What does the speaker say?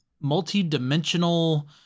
multi-dimensional